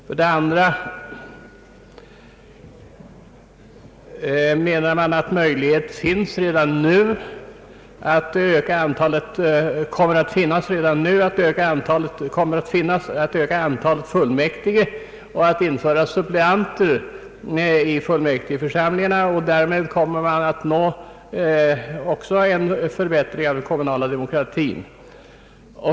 För det andra menar man att möjlighet kommer att finnas att öka antalet fullmäktige och att utse suppleanter för dessa i fullmäktigeförsamlingarna. Därmed kommer man också att uppnå en förbättring av den kommunala demokratin.